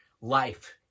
Life